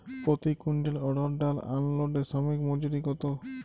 প্রতি কুইন্টল অড়হর ডাল আনলোডে শ্রমিক মজুরি কত?